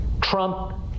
Trump